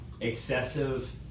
Excessive